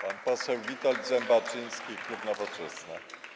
Pan poseł Witold Zembaczyński, klub Nowoczesna.